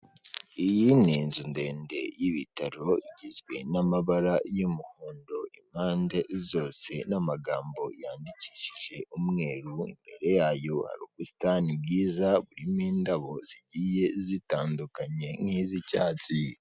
Iyi ni inzu ndende y'ibitaro igizwe n'amabara y'umuhondo impande zose n'amagambo yandikishije umweru, imbere yayo hari ubusitani bwiza burimo indabo zigiye zitandukanye nk'iz'icyatsi.